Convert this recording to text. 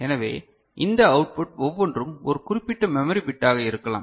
எனவே இந்த அவுட்புட் ஒவ்வொன்றும் ஒரு குறிப்பிட்ட மெமரி பிட்டாக இருக்கலாம்